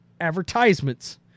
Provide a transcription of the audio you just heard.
advertisements